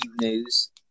news